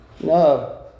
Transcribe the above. No